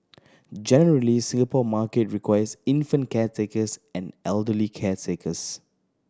generally Singapore market requires infant caretakers and elderly caretakers